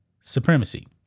supremacy